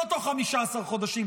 לא תוך 15 חודשים,